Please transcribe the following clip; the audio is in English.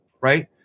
right